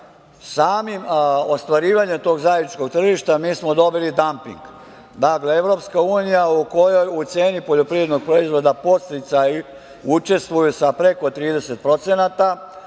Samim ostvarivanjem tog zajedničkog tržišta mi smo dobili damping. Dakle, EU u kojoj u ceni poljoprivrednog proizvoda podsticaji učestvuje sa preko 30% a kod nas